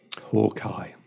Hawkeye